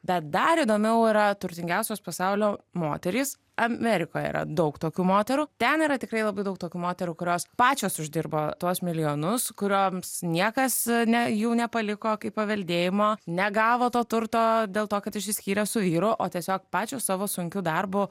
bet dar įdomiau yra turtingiausios pasaulio moterys amerikoje yra daug tokių moterų ten yra tikrai labai daug tokių moterų kurios pačios uždirba tuos milijonus kurioms niekas ne jų nepaliko kaip paveldėjimo negavo to turto dėl to kad išsiskyrė su vyru o tiesiog pačios savo sunkiu darbu